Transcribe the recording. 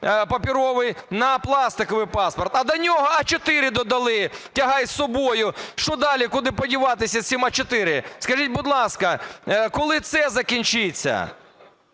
паперовий на пластиковий паспорт, а до нього А4 додали, тягай з собою. Що далі, куди подіватися з цим А4? Скажіть, будь ласка, коли це закінчиться?